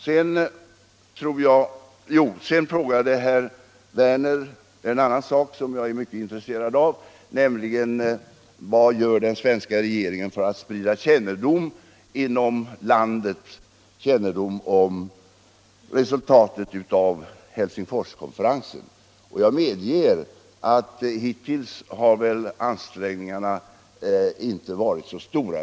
Sedan frågade herr Werner vad den svenska regeringen gör för att sprida kännedom inom landet om resultatet av Helsingforskonferensen. Jag medger att ansträngningarna hittills inte har varit så stora.